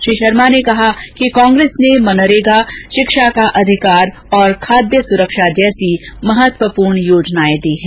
श्री शर्मा ने कहा कि कांग्रेस ने मनरेगा शिक्षा का अधिकार और खाद्य सुरक्षा जैसी महत्वपूर्ण योजनाए दी हैं